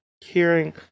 hearing